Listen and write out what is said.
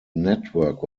network